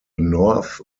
north